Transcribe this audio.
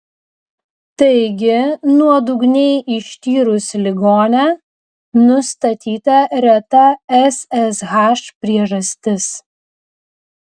taigi nuodugniai ištyrus ligonę nustatyta reta ssh priežastis